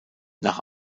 nach